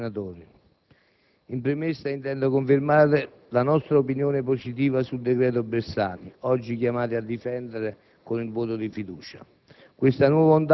colleghi senatori, in premessa intendo confermare la nostra opinione positiva sul decreto Bersani, oggi chiamati a difendere con il voto di fiducia.